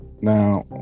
now